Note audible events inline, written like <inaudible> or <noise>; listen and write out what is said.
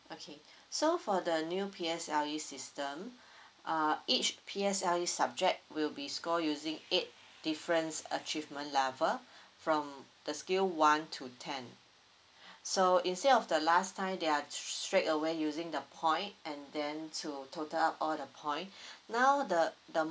okay <breath> so for the new P_S_L_E system <breath> uh each P_S_L_E subject will be scored using eight different achievement level <breath> from the skill one to ten <breath> so instead of the last time they are s~ straight away using the point and then to total up all the point <breath> now the the